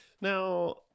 Now